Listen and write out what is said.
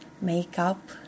makeup